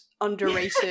underrated